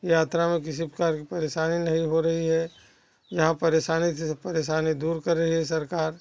यात्रा में किसी प्रकार की परेशानी नहीं हो रही है जहाँ परेशानी थी तो परेशानी दूर कर रही है सरकार